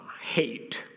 hate